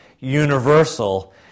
universal